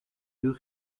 deux